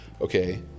okay